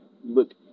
look